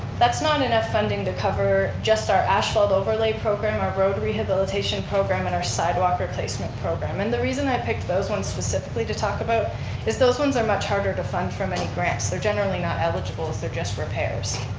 that's not enough funding to cover just our asphalt overlay program, our road rehabilitation program, and our sidewalk replacement program and the reason i picked those ones specifically to talk about is those ones are much harder to fund from any grants. they're generally not eligible as they're just repairs.